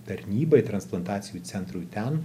tarnybai transplantacijų centrų ten